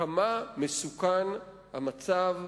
כמה מסוכן המצב,